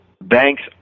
banks